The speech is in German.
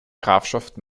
grafschaft